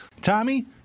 Tommy